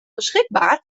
beschikbaar